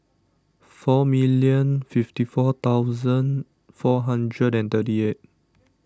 four million fifty four thousand four hundred and thirty eight